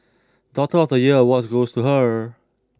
daughter of the year award goes to her